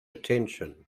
attention